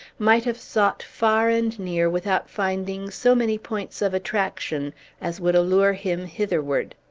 might have sought far and near without finding so many points of attraction as would allure him hitherward.